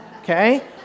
Okay